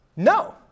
No